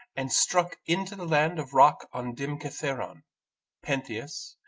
and struck into the land of rock on dim kithaeron pentheus,